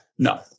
No